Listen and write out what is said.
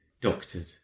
doctored